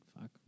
fuck